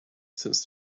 since